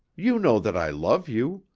you know that i love you.